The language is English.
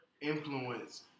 influence